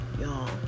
y'all